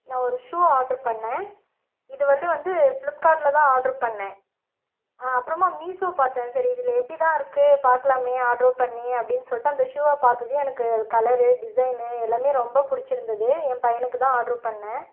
நான் ஒரு shoe order பண்ணிணேன் இது வந்து வந்து ஃப்ளிப்கார்டில் தான் ஆட்ரு பண்ணிணேன் அப்புறமா மீஸோ பார்த்தேன் சரி இதில் எப்படி தான் இருக்குது பார்க்கலாமே ஆட்ரு பண்ணி அப்படீன்னு சொல்லிவிட்டு அந்த ஷூவை பார்த்ததும் எனக்கு அது கலரு டிசைன்னு எல்லாமே ரொம்ப பிடிச்சிருந்துது என் பையனுக்கு தான் ஆட்ரு பண்ணிணேன்